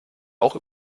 auch